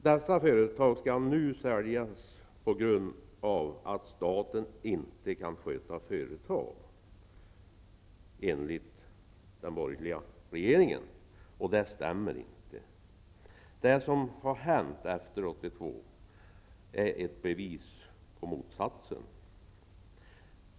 Dessa företag skall nu säljas på grund av att staten enligt den borgerliga regeringen inte kan sköta företag. Det stämmer inte. Det som har hänt efter 1982 är ett bevis på motsatsen.